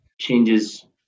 changes